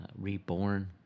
reborn